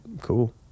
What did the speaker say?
cool